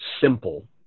simple